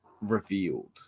revealed